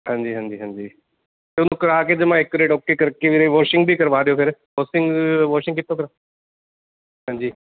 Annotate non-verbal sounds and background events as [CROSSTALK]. ਹਾਂਜੀ ਹਾਂਜੀ ਹਾਂਜੀ ਤੁਹਾਨੂੰ ਕਰਾ ਕੇ ਜਮਾਂ [UNINTELLIGIBLE] ਓਕੇ ਕਰਕੇ ਵੀਰੇ ਵੋਸ਼ਿੰਗ ਵੀ ਕਰਵਾ ਦਿਓ ਫਿਰ ਵਾਸ਼ਿੰਗ ਵਾਸ਼ਿੰਗ ਕਿੱਥੋ ਕਰਾ ਹਾਂਜੀ